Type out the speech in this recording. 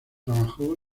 trabajó